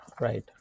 right